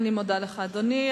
אני מודה לך, אדוני.